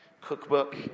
cookbook